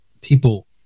people